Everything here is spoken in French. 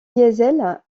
diesel